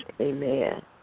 Amen